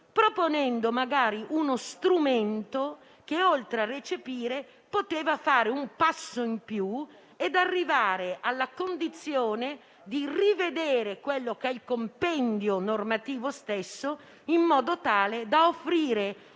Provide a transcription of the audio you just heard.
proponendo, magari, uno strumento che, oltre a recepire, poteva fare un passo in più e arrivare alla condizione di rivedere quello che è il compendio normativo stesso, in modo tale da offrire